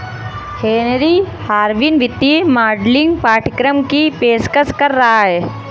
Henry Harvin वित्तीय modelling पाठ्यक्रम की पेशकश कर रहा हैं